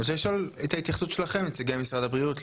אני רוצה לשמוע את ההתייחסות שלכם נציגי משרד הבריאות,